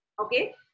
Okay